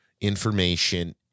information